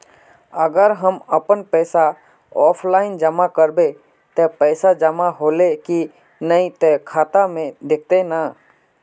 अगर हम अपन पैसा ऑफलाइन जमा करबे ते पैसा जमा होले की नय इ ते खाता में दिखते ने?